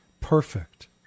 perfect